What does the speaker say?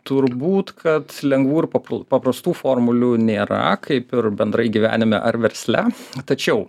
turbūt kad lengvų ir papul paprastų formulių nėra kaip ir bendrai gyvenime ar versle tačiau